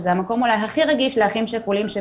שזה המקום אולי הכי רגיש לאחים השכולים שהם